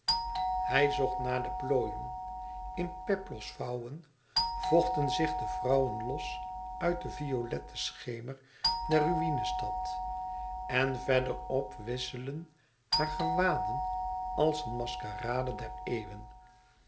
hij zocht naar de plooien in peplosvouwen vochten zich de vrouwen los uit den violetten schemer der ruïne stad en verder op wisselden hare gewaden als eene maskerade der eeuwen